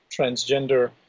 transgender